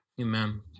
Amen